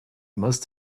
must